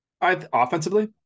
Offensively